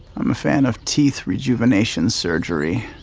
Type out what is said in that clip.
i'm a fan of teeth rejuvenation surgery.